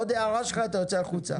עוד הערה שלך, אתה יוצא החוצה.